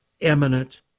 eminent